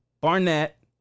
Barnett